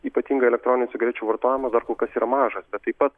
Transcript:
ypatingai elektroninių cigarečių vartojimo dar kol kas yra mažas bet taip pat